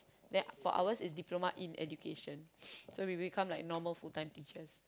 then for ours is diploma in education so we become like normal full-time teachers